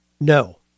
No